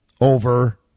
over